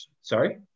Sorry